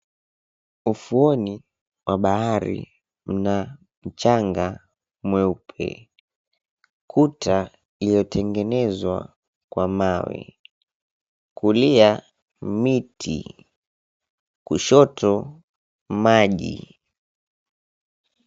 Ufuoni mwa bahari, mna mchanga mweupe, kuta iliyotengwa kwa mawe kulia, miti kushoto, maji.